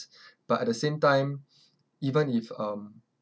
but at the same time even if um